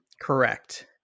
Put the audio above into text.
Correct